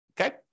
okay